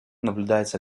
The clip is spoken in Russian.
наблюдается